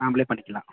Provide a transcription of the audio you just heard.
நாம்மளே பண்ணிக்கலாம்